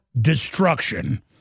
destruction